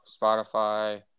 Spotify